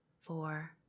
four